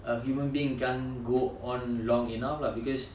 a human being can't go on long enough lah because